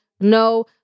no